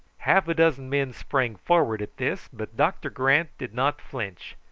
half a dozen men sprang forward at this, but doctor grant did not flinch,